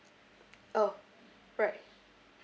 oh right